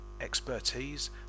expertise